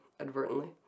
advertently